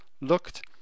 looked